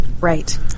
Right